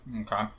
Okay